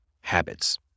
habits